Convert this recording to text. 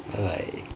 bye